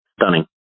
stunning